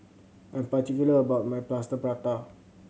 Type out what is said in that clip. I'm particular about my Plaster Prata